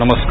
नमस्कार